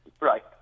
Right